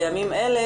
בימים אלה,